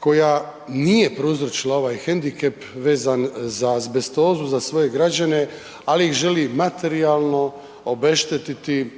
koja nije prouzročila ovaj hendikep vezan za azbestozu za svoje građane, ali ih želi materijalno obeštetiti